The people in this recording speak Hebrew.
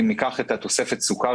אם ניקח את תוספת הסוכר,